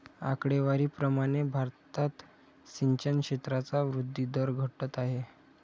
आकडेवारी प्रमाणे भारतात सिंचन क्षेत्राचा वृद्धी दर घटत आहे